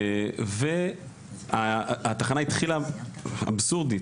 והתחנה התחילה אבסורדית,